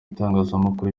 itangazamakuru